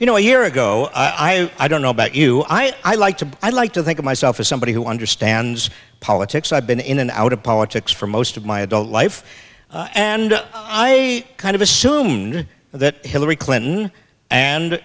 you know a year ago i i don't know about you i i like to i like to think of myself as somebody who understands politics i've been in and out of politics for most of my adult life and i kind of assumed that hillary clinton and